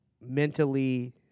mentally